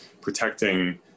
protecting